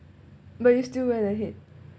but you still went ahead